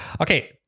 okay